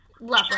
Lovely